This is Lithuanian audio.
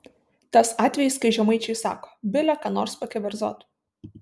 tas atvejis kai žemaičiai sako bile ką nors pakeverzot